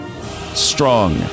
Strong